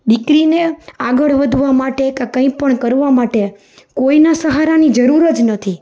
દીકરીને આગળ વધવા માટે કે કંઇપણ કરવા માટે કોઈના સહારાની જરૂર જ નથી